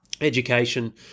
education